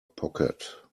pocket